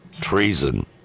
Treason